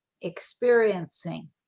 experiencing